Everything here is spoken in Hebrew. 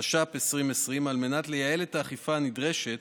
התש"ף 2020, על מנת לייעל את האכיפה הנדרשת